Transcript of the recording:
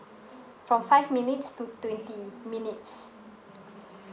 from five minutes to twenty minutes